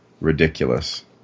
ridiculous